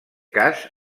cas